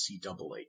NCAA